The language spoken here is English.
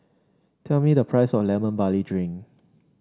tell me the price of Lemon Barley Drink